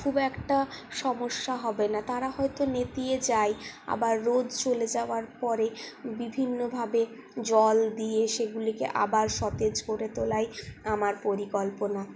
খুব একটা সমস্যা হবে না তারা হয়তো নেতিয়ে যায় আবার রোদ চলে যাওয়ার পরে বিভিন্নভাবে জল দিয়ে সেগুলিকে আবার সতেজ করে তোলাই আমার পরিকল্পনা